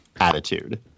attitude